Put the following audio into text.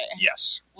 Yes